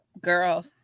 girl